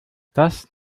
das